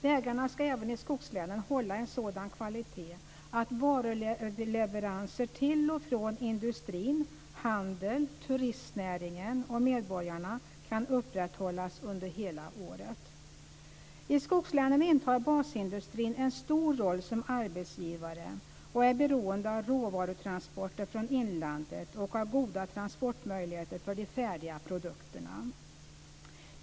Vägarna ska även i skogslänen hålla en sådan kvalitet att varuleveranser till och från industrier, för handeln och för turistnäring och medborgare kan upprätthållas under hela året. I skogslänen intar basindustrierna en stor roll som arbetsgivare, och de är beroende av råvarutransporter från inlandet och av goda transportmöjligheter för de färdiga produkterna.